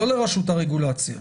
לא לרשות הרגולציה,